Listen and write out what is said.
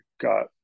got